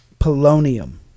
polonium